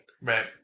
Right